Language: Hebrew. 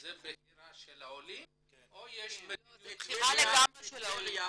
אבל זו בחירה של העולים או שיש מדיניות --- זו לגמרי בחירה של העולים.